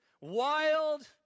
Wild